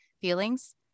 feelings